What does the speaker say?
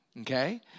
Okay